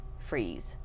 freeze